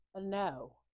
no